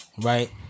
Right